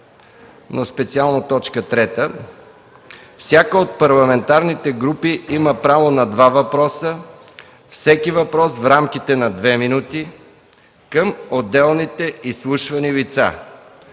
Специално т. 3: „Всяка от парламентарните групи има право на два въпроса, всеки въпрос в рамките на две минути към отделните изслушвани лица”.